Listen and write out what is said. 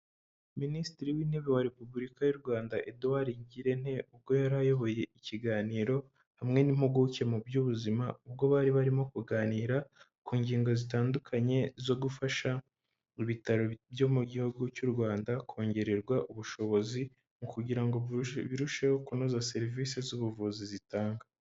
Minisitiri w'intebe wa Repubulika y'u Rwanda Edouard Ngirente, ubwo yari ayoboye ikiganiro hamwe n'impuguke mu by'ubuzima, ubwo bari barimo kuganira ku ngingo zitandukanye, zo gufasha ibitaro byo mu gihugu cy'u Rwanda, kongererwa ubushobozi kugira ngo birusheho kunoza serivisi z'ubuvuzi zitanga.